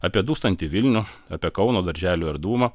apie dūstantį vilnių apie kauno darželių erdvumą